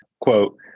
Quote